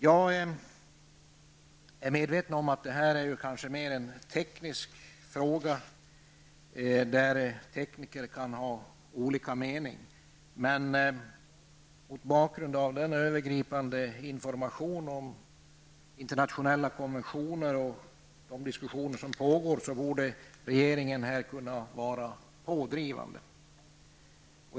Jag är medveten om att detta är kanske mer en teknisk fråga där tekniker kan ha olika meningar. Mot bakgrund av den övergripande informationen om internationella konventioner och de diskussioner som förs borde regeringen här kunna vara pådrivande.